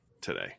today